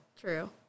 True